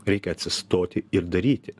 reikia atsistoti ir daryti